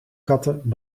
katten